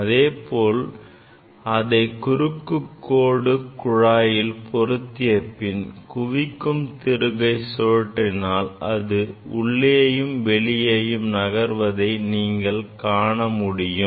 அதேபோல் அதை குறுக்கு கோடு குழாயில் பொருத்திய பின் குவிக்கும் திருகை சுழற்றினால் அது உள்ளேயும் வெளியேயும் நகர்வதை நீங்கள் காணமுடியும்